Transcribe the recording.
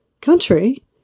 country